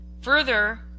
Further